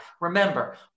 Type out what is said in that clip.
Remember